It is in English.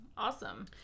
awesome